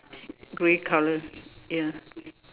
grey colour ya